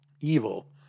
evil